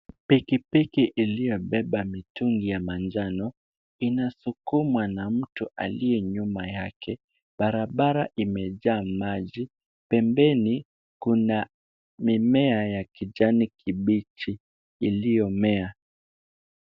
Pikipiki iliyobeba mitungi ya manjano, inasukumwa na mtu aliye nyuma yake. Barabara imejaa maji . Pembeni kuna mimea ya kijani kibichi ,iliyomea.